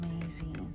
amazing